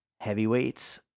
Heavyweights